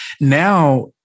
now